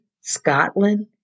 Scotland